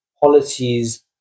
policies